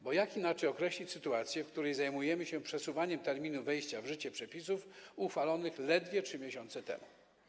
Bo jak inaczej określić sytuację, w której zajmujemy się przesuwaniem terminu wejścia w życie przepisów uchwalonych ledwie 3 miesiące temu?